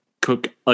cook